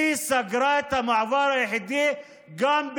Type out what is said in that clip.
אז